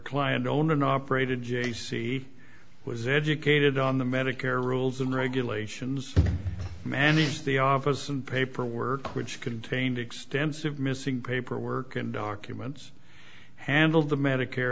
client owned and operated j c was educated on the medicare rules and regulations manage the office and paperwork which contained extensive missing paperwork and documents handled the medicare